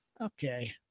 okay